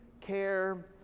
care